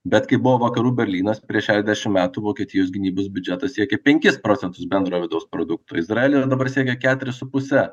bet kai buvo vakarų berlynas prieš šešdešim metų vokietijos gynybos biudžetas siekė penkis procentus bendrojo vidaus produkto izraely ir dabar siekia keturis su puse